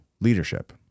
leadership